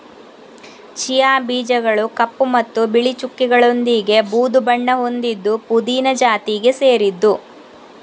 chia ಬೀಜಗಳು ಕಪ್ಪು ಮತ್ತು ಬಿಳಿ ಚುಕ್ಕೆಗಳೊಂದಿಗೆ ಬೂದು ಬಣ್ಣ ಹೊಂದಿದ್ದು ಪುದೀನ ಜಾತಿಗೆ ಸೇರಿದ್ದು